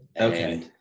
Okay